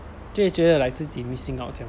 就会觉得 like 自己 missing out 这样